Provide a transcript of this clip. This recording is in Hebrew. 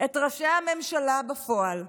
את ראשי הממשלה בפועל,